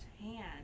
hand